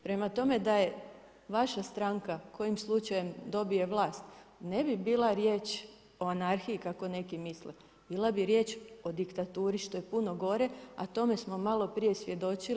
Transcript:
Prema tome, da je vaša stranka kojim slučajem dobije vlast ne bi bila riječ o anarhiji kako neki misle, bila bi riječ o diktaturi što je puno gore, a o tome smo malo prije svjedočili.